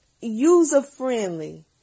user-friendly